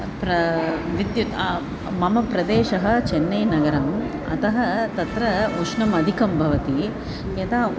प्र विद्युत् मम प्रदेशः चेन्नैनगरम् अतः तत्र उष्णम् अधिकं भवति यदा